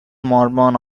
mormon